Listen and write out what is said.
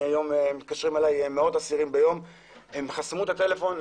מתקשרים אלי מאות אסירים ביום והם חסמו את הטלפון שלי.